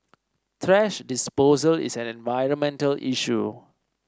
thrash disposal is an environmental issue